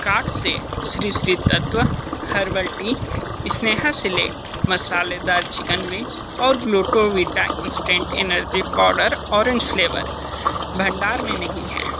cart से Sri Sri Tattva herbal tea Sneha select मसालेदार chicken wings और Glucovita instant energy powder orange flavour भंडार में नहीं हैं